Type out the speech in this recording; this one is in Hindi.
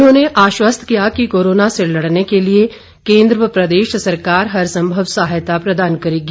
उन्होंने आश्वासन किया कि कोरोना से लड़ने के लिए केंद्र व प्रदेश सरकार हरसंभव सहायता प्रदान करेगी